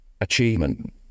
achievement